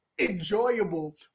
enjoyable